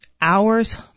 hours